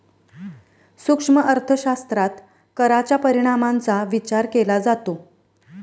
सूक्ष्म अर्थशास्त्रात कराच्या परिणामांचा विचार केला जातो